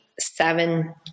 seven